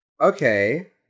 Okay